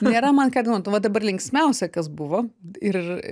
nėra man ką dainuot nu va dabar linksmiausia kas buvo ir ir